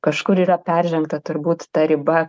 kažkur yra peržengta turbūt ta riba